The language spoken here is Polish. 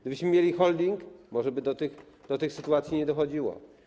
Gdybyśmy mieli holding, może by do tych sytuacji nie dochodziło.